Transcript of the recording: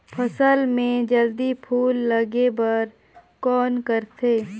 फसल मे जल्दी फूल लगे बर कौन करथे?